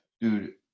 Dude